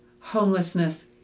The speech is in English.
homelessness